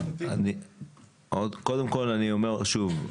אני אומר שוב,